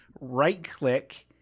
right-click